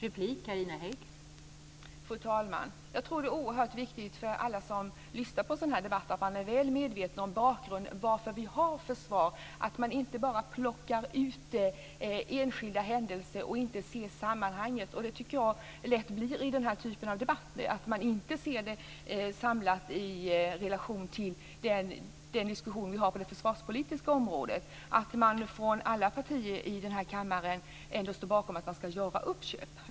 Fru talman! Jag tror att det är oerhört viktigt för alla som lyssnar på en sådan här debatt att man är väl medveten om bakgrunden, varför vi har ett försvar, och att man inte bara plockar ut enskilda händelser utan att se sammanhanget. Så tycker jag lätt att det blir i den här typen av debatter. Man ser inte det här samlat i relation till den diskussion vi har på det försvarspolitiska området, att man från alla partier i den här kammaren ändå står bakom att det ska göras uppköp.